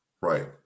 Right